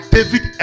David